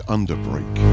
Underbreak